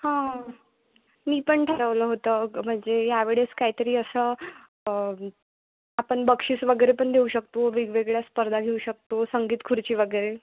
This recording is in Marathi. हां मी पण ठरवलं होतं म्हणजे यावेळेस काही तरी असं आपण बक्षीस वगैरे पण देऊ शकतो वेगवेगळ्या स्पर्धा घेऊ शकतो संगीत खुर्ची वगैरे